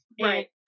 Right